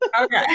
Okay